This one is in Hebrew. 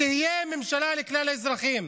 שתהיה ממשלה לכלל האזרחים,